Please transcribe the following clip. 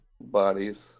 bodies